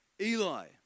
Eli